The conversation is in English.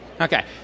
Okay